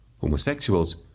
homosexuals